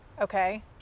Okay